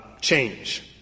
change